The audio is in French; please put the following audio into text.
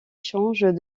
change